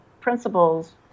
principles